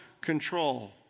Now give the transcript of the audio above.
control